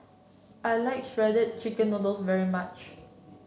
I like Shredded Chicken Noodles very much